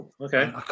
okay